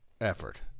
effort